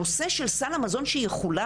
הנושא של סל המזון שיחולק,